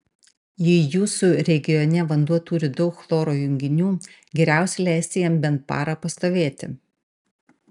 jei jūsų regione vanduo turi daug chloro junginių geriausia leisti jam bent parą pastovėti